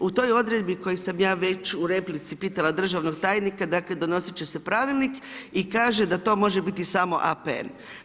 U toj odredbi kojoj sam ja već u replici pitala državnog tajnika, dakle, donositi će se pravilnik i kaže da to može biti APN.